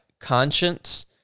conscience